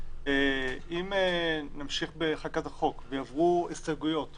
אם נמשיך בחקיקת החוק ויעברו הסתייגויות כלשהן,